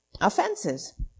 offenses